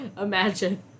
Imagine